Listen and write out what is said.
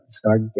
start